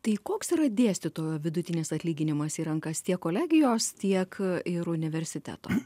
tai koks yra dėstytojo vidutinis atlyginimas į rankas tiek kolegijos tiek ir universiteto